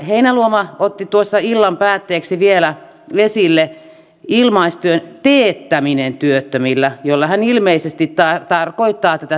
heinäluoma otti tuossa illan päätteeksi vielä esille ilmaistyön teettämisen työttömillä jolla hän ilmeisesti tarkoittaa tätä työnäytettä